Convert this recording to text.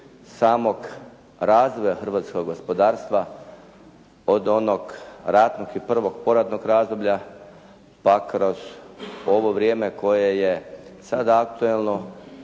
samog razvoja hrvatskog gospodarstva od onog ratnog i prvog poratnog razdoblja, pa kroz ovo vrijeme koje je sad aktualno,